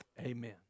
amen